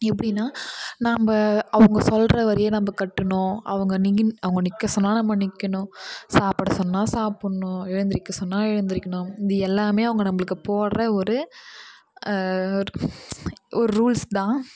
எப்படினா நம்ம அவங்க சொல்கிற வரியை நம்ம கட்டணும் அவங்க நிகின் அவங்க நிற்க சொன்னால் நம்ம நிற்கணும் சாப்பிட சொன்னால் சாப்பிட்ணும் எழுந்திரிக்க சொன்னால் எழுந்திரிக்கணும் இந்த எல்லாமே அவங்க நம்மளுக்கு போடுற ஒரு ஒரு ரூல்ஸ் தான்